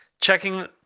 checking